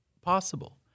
possible